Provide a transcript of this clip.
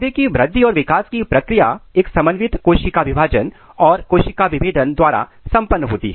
पौधों की वृद्धि और विकास की प्रक्रिया एक समन्वित कोशिका विभाजन और कोशिका विभेदन द्वारा संपन्न होती है